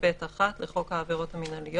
בסעיף 8(ב1) לחוק העבירות המינהליות.